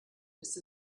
ist